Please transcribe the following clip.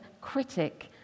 critic